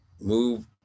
move